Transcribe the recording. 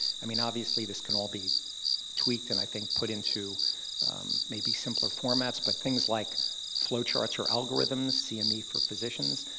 i mean obviously this can all be tweaked and i think put into maybe simpler formats, but things like flowcharts or algorithms, cme for physicians,